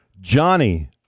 Johnny